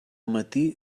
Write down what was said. matí